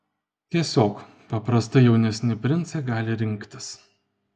tiesiog paprastai jaunesni princai gali rinktis